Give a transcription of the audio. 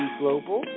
global